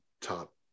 top